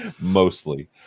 mostly